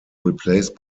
replaced